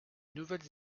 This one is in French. nouvelles